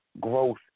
growth